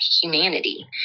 humanity